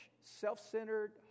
self-centered